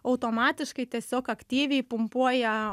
automatiškai tiesiog aktyviai pumpuoja